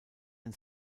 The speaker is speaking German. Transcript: den